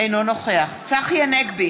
אינו נוכח צחי הנגבי,